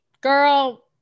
girl